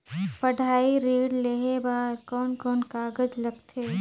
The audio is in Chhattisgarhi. पढ़ाई ऋण लेहे बार कोन कोन कागज लगथे?